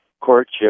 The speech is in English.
courtship